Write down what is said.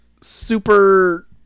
super